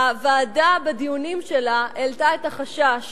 הוועדה, בדיונים שלה, העלתה את החשש